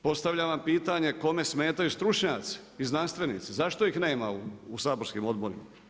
Postavljam vam pitanje kome smetaju stručnjaci i znanstvenici, zašto ih nema u saborskim odborima?